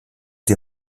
die